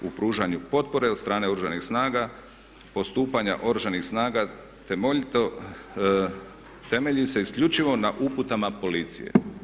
U pružanju potpore od strane Oružanih snaga, postupanja Oružanih snaga temelji se isključivo na uputama policije.